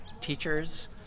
teachers